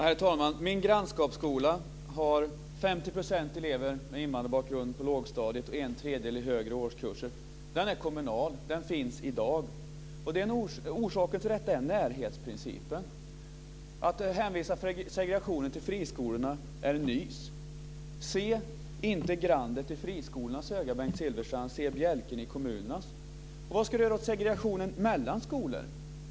Herr talman! Min grannskapsskola har 50 % elever med invandrarbakgrund på lågstadiet och en tredjedel i högre årskurser. Den är kommunal. Den finns i dag. Orsaken till det här är närhetsprincipen. Att hänvisa segregationen till friskolorna är nys. Se inte grandet i friskolornas öga, Bengt Silfverstrand! Se bjälken i kommunernas! Vad ska Bengt Silfverstrand göra åt segregationen mellan skolor?